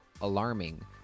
alarming